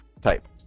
type